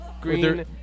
green